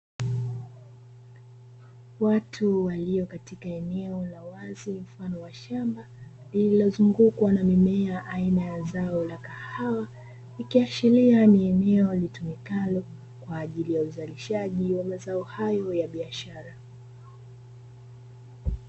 Watu walio katika eneo la wazi mfano wa shamba lililozungukwa na mimea aina kahawa, ikiashiria ni eneo kwa ajili ya uzalishaji wa mazao hayo ya biashara.